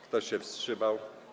Kto się wstrzymał?